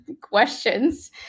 questions